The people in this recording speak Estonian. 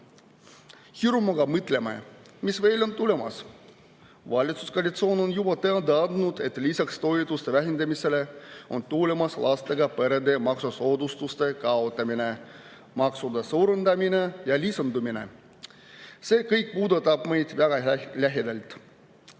Hirmuga mõtleme, mis veel on tulemas. Valitsuskoalitsioon on juba teada andnud, et lisaks toetuste vähendamisele on tulemas lastega perede maksusoodustuste kaotamine, maksude suurendamine ja lisandumine. See kõik puudutab meid väga lähedalt.